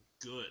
good